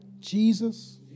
Jesus